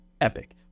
epic